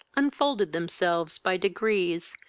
unfolded themselves by degrees,